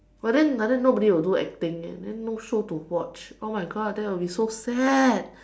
but then like that nobody will do acting eh no show to watch oh my God that will be so sad